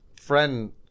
friend